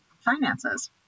finances